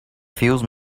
fuse